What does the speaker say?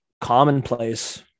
commonplace